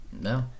No